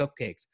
cupcakes